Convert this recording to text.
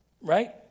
right